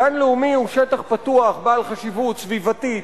גן לאומי הוא שטח פתוח בעל חשיבות סביבתית,